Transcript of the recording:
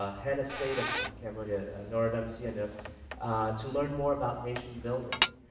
ah head of state of of cambodia norodum sihanouk to learn more about nation building.